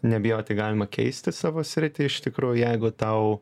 nebijoti galima keisti savo sritį iš tikrųjų jeigu tau